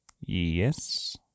Yes